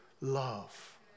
love